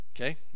Okay